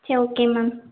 சரி okay ma'am